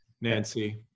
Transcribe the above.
Nancy